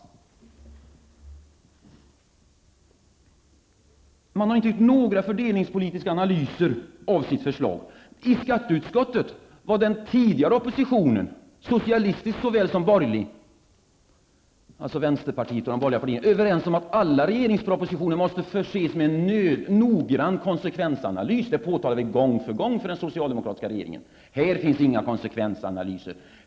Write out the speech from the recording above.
Regeringen har inte gjort några fördelningspolitiska analyser av sitt förslag. I skatteutskottet var den tidigare oppositionen, såväl vänsterpartiet som de borgerliga partierna, överens om att alla regeringens propositioner måste förses med en noggrann konsekvensanalys. Det påtalade vi gång på gång för den socialdemokratiska regeringen. I denna proposition finns inga konsekvensanalyser.